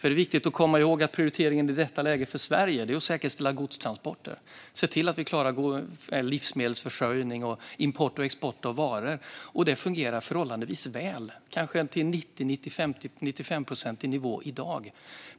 Det är viktigt att komma ihåg att prioriteringen i detta läge för Sverige är att säkerställa godstransporter och se till att vi klarar livsmedelsförsörjning och import och export av varor. Och det fungerar förhållandevis väl - det ligger kanske på en 90-95-procentig nivå i dag.